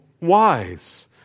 wise